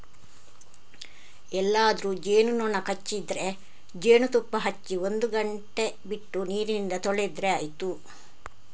ಎಲ್ಲಾದ್ರೂ ಜೇನು ನೊಣ ಕಚ್ಚಿದ್ರೆ ಜೇನುತುಪ್ಪ ಹಚ್ಚಿ ಒಂದು ಗಂಟೆ ಬಿಟ್ಟು ನೀರಿಂದ ತೊಳೆದ್ರೆ ಆಯ್ತು